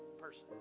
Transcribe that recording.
person